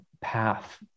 path